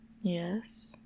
Yes